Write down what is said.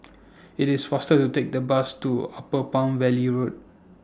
IT IS faster to Take The Bus to Upper Palm Valley Road